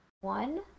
one